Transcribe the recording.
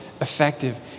effective